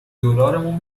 دلارمون